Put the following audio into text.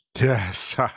Yes